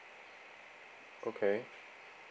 okay